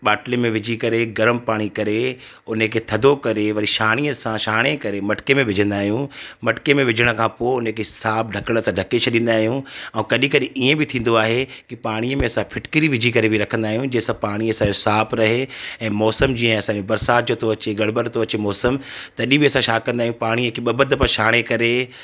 ॿाटले में विझी करे गरम पाणी खणी करे उनखे थदो करे वरी छाणीअ सां छाणे करे मटके में विझंदा आहियूं मटके में विझण खां पोइ उनखे साफ ढकण सां ढके छॾींदा आहियूं ऐं कॾहिं कॾहिं ईएं बि थींदो आहे की पाणीअ में असां फिटकिरी विझी करे बि रखंदा आहियूं जेसां पाणी असांजो साफ रहे ऐं मौसम जीअं असांजो बरसात जो थो गड़्बड़ थो अचे मौसम तॾहिं बि असां छा कंदा आहियूं पाणी खे ॿ ॿ दफा छाणे करे